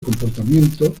comportamiento